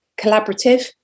collaborative